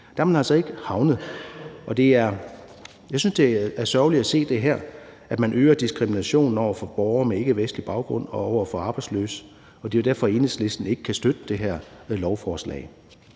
Der er man altså ikke havnet. Jeg synes, det er sørgeligt at se her, at man øger diskriminationen over for borgere med ikkevestlig baggrund og over for arbejdsløse, og det er jo derfor, Enhedslisten ikke kan støtte det her lovforslag.